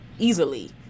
easily